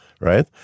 right